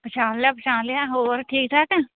ਪਹਿਛਾਣ ਲਿਆ ਪਛਾਣ ਲਿਆ ਹੋਰ ਠੀਕ ਠਾਕ